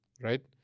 Right